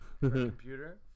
computer